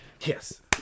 Yes